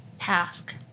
task